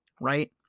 right